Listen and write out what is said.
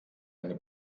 eine